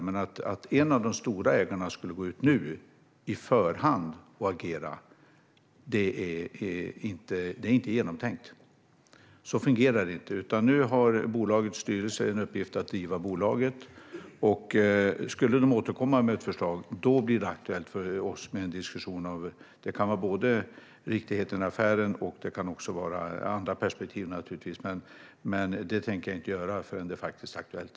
Men att en av de stora ägarna skulle gå ut nu, i förhand, och agera är inte genomtänkt. Så fungerar det inte. Nu har bolagets styrelse i uppgift att driva bolaget. Skulle de återkomma med ett förslag blir det aktuellt för oss med en diskussion som kan gälla både affärens riktighet och andra perspektiv. Men den tänker jag inte ha förrän det faktiskt är aktuellt.